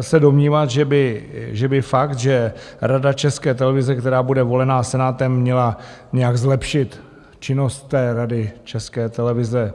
se domnívat, že by fakt, že Rada České televize, která bude volena Senátem, měla nějak zlepšit činnost té Rady České televize.